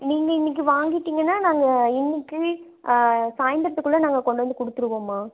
நீங்கள் இன்னிக்கு வாங்கிட்டிங்கன்னா நாங்கள் இன்னிக்கு சாய்ந்தரத்துக்குள்ளே நாங்கள் கொண்டு வந்து கொடுத்துருவோம்மா